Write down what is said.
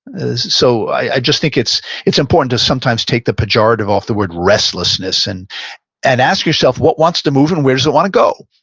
so i just think it's it's important to sometimes take the pejorative off the word restlessness and and ask yourself, what wants to move and where does it want to go?